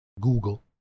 Google